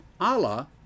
Allah